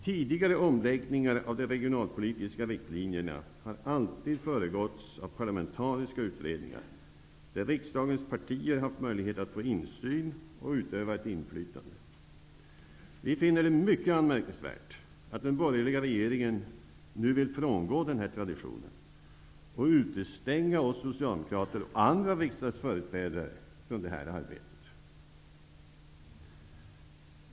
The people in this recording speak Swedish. Tidigare omläggningar av de regionalpolitiska riktlinjerna har alltid föregåtts av parlamentariska utredningar, där riksdagens partier haft möjlighet att få insyn och utöva ett inflytande. Vi finner det mycket anmärkningsvärt att den borgerliga regeringen nu vill frångå denna tradition och utestänga oss socialdemokrater och andra riksdagsföreträdare från detta arbete.